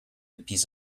piece